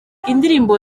indirimbo